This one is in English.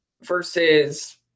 versus